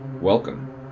welcome